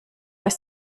ist